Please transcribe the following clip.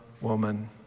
woman